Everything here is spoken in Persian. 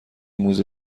موزه